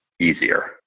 easier